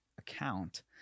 Account